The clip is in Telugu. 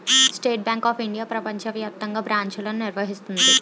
స్టేట్ బ్యాంక్ ఆఫ్ ఇండియా ప్రపంచ వ్యాప్తంగా బ్రాంచ్లను నిర్వహిస్తుంది